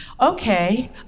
Okay